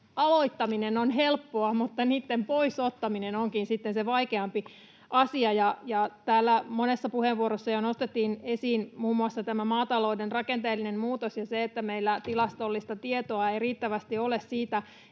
aloittaminen on helppoa, mutta niitten pois ottaminen onkin sitten se vaikeampi asia. Täällä monessa puheenvuorossa jo nostettiin esiin muun muassa maatalouden rakenteellinen muutos ja se, että meillä tilastollista tietoa ei riittävästi ole.